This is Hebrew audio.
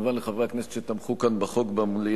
כמובן, לחברי הכנסת שתמכו כאן בחוק במליאה.